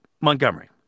Montgomery